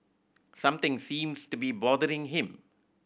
something seems to be bothering him